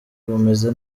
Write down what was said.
bumeze